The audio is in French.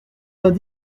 vingt